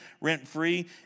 rent-free